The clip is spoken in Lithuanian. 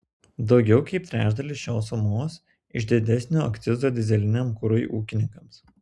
daugiau kaip trečdalis šios sumos iš didesnio akcizo dyzeliniam kurui ūkininkams